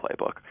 playbook